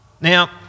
Now